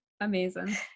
amazing